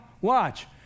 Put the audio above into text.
watch